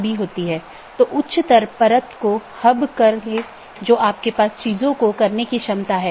इसका मतलब है कि सभी BGP सक्षम डिवाइस जिन्हें BGP राउटर या BGP डिवाइस भी कहा जाता है एक मानक का पालन करते हैं जो पैकेट को रूट करने की अनुमति देता है